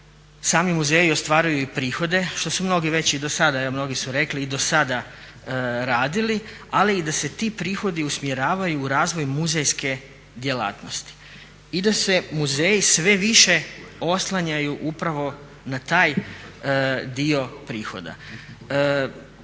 sami muzeji ostvaruju i prihode što su mnogi već i do sada, evo mnogi su rekli i do sada radili ali i da se ti prihodi usmjeravaju u razvoj muzejske djelatnosti. I da se muzeji sve više oslanjaju upravo na taj dio prihoda.